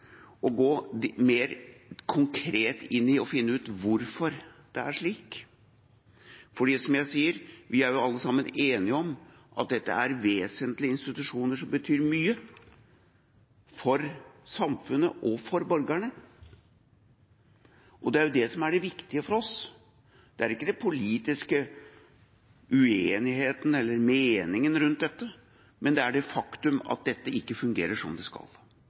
å gå mer konkret inn i og finne ut hvorfor det er slik. For som jeg sier: Vi er jo alle sammen enige om at dette er vesentlige institusjoner som betyr mye for samfunnet og for borgerne. Det er jo det som er det viktige for oss, det er ikke den politiske uenigheten eller meningen rundt dette, men det er det faktum at dette ikke fungerer som det skal,